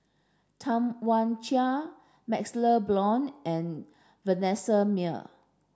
Tam Wai Jia MaxLe Blond and Vanessa Mae